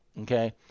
Okay